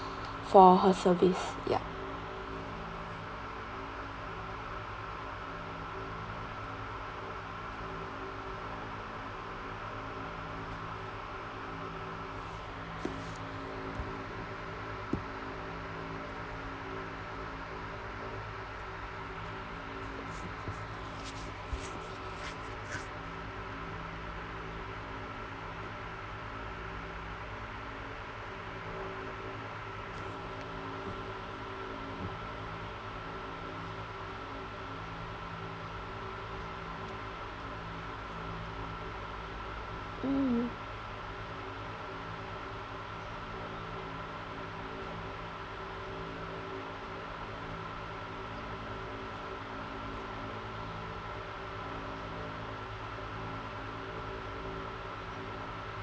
for her service yup